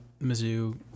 mizzou